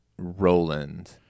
roland